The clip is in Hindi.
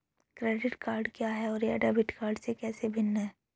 क्रेडिट कार्ड क्या है और यह डेबिट कार्ड से कैसे भिन्न है?